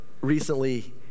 recently